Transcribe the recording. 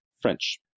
French